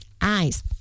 eyes